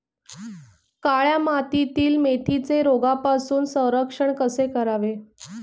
काळ्या मातीतील मेथीचे रोगापासून संरक्षण कसे करावे?